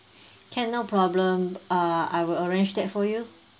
can no problem uh I will arrange that for you